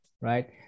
right